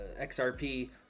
XRP